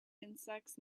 insects